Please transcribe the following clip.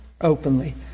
Openly